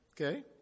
Okay